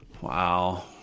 Wow